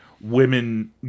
women